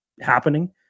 happening